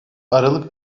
aralık